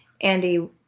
Andy